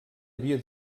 havia